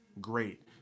great